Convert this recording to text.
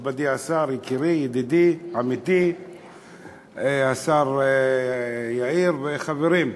השר, יקירי, ידידי, עמיתי, השר יאיר, חברים,